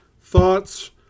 Thoughts